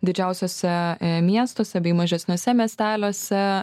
didžiausiuose miestuose bei mažesniuose miesteliuose